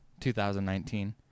2019